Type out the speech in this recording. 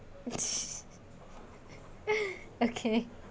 okay